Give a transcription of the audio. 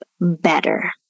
better